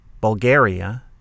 Bulgaria